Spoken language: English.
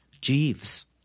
Jeeves